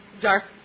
dark